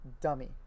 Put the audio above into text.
dummy